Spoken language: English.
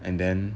and then